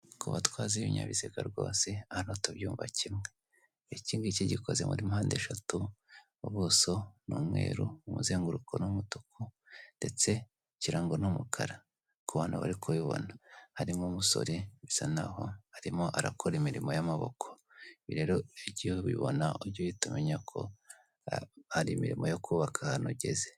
Ku batwazi b'ibinyabiziga rwose, hano tubyumva kimwe. Iki ngiki kigikoze muri mpande eshatu, ubuso ni umweru, umuzenguruko ni umutuku ndetse ikirango ni umukara. Ku bantu bari kubibona, harimo umusore bisa n'aho arimo arakora imirimo y'amaboko. Ibi rero, nujya ubibona ujye uhita umenya ko hari imirimo yo kubaka ahantu ugeze.